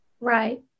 Right